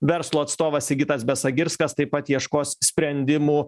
verslo atstovas sigitas besagirskas taip pat ieškos sprendimų